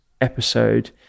episode